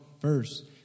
first